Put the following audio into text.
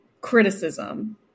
criticism